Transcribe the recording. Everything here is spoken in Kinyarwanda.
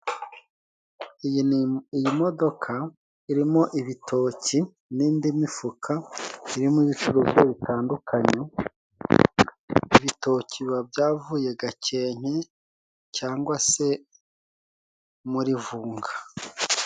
Iyi ni imo iyi modoka, irimo ibitoki n'indi mifuka birimo ibicuruzwa bitandukanye, ibitoki biba byavuye Gakenke cyangwa se muri Vunga.